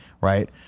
Right